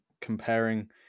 comparing